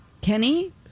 kenny